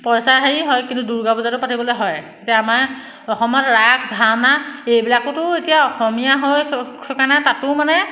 পইচা হেৰি হয় কিন্তু দুৰ্গাপূজাটো পাতিবলৈ হয় এতিয়া আমাৰ অসমত ৰাস ভাওনা এইবিলাকোটো এতিয়া অসমীয়া হয় থকা নাই তাতো মানে